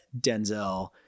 Denzel